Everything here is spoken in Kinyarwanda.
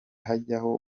hajyaho